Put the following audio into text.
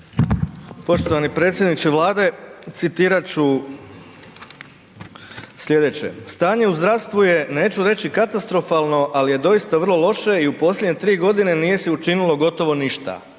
Poštovani predsjedniče Vlade, citirati ću sljedeće: „Stanje u zdravstvu je neću reći katastrofalno ali je doista vrlo loše i u posljednje tri godine nije se učinilo gotovo ništa,